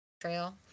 trail